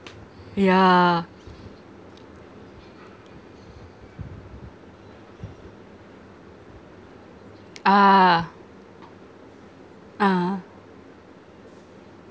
yeah ah ah